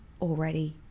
already